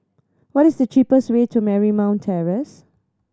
what is the cheapest way to Marymount Terrace